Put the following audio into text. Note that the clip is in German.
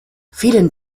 vielen